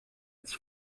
its